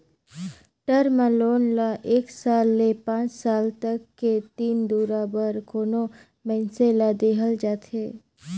term loan ल एक साल ले पांच साल तक के दिन दुरा बर कोनो मइनसे ल देहल जाथे